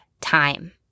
time